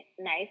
nice